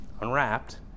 unwrapped